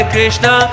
Krishna